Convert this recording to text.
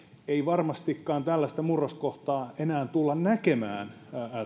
ei varmastikaan tällaista murroskohtaa enää tulla näkemään